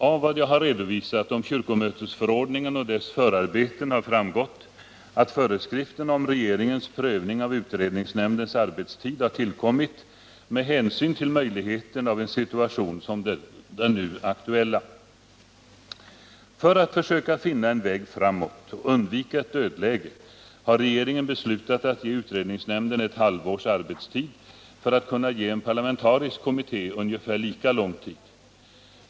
Av vad jag har redovisat om kyrkomötesförordninger och dess förarbeten har framgått att föreskriften om regeringens prövning av utredningsnämndens arbetstid har tillkommit med hänsyn till möjligheten av en situation som den nu aktuella. För att försöka finna en väg framåt och undvika ett dödläge har regeringen beslutat att ge utredningsnämnden ett halvårs arbetstid för att kunna ge en parlamentarisk kommitté ungefär lika lång tid.